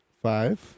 Five